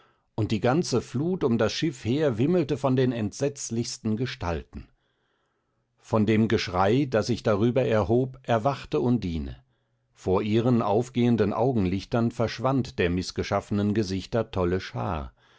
und die ganze flut um das schiff her wimmelte von den entsetzlichsten gestalten von dem geschrei das sich darüber erhob erwachte undine vor ihren aufgehenden augenlichtern verschwand der mißgeschaffnen gesichter tolle schar